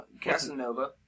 Casanova